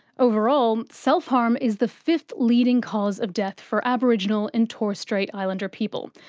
over-all, self-harm is the fifth leading cause of death for aboriginal and torres strait islander people,